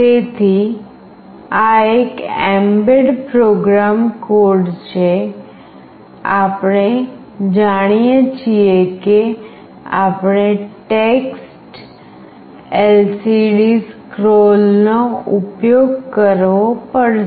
તેથી આ એક એમ્બેડ પ્રોગ્રામ કોડ છે આપણે જાણીએ છીએ કે આપણે TextLCDScroll નો ઉપયોગ કરવો પડશે